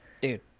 Dude